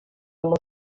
los